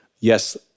yes